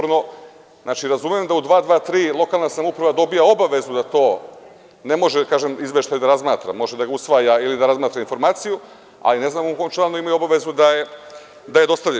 Razumem da u 223. lokalna samouprava dobija obavezu da to, ne može izveštaj da razmatra, može da usvaja, ili da razmatra informaciju, ali ne znam u kom članu imaju obavezu da je dostavljaju.